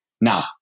Now